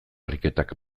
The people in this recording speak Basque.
ariketak